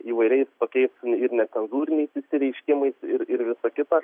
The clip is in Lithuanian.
įvairiais tokiais ir necenzūriniais išsireiškimais ir ir visa kita